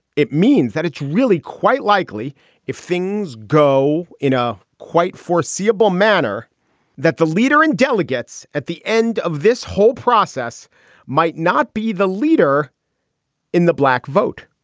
it means that it's really quite likely if things go in a quite foreseeable manner that the leader in delegates at the end of this whole process might not be the leader in the black vote.